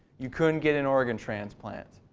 you couldn't get an organ transplant,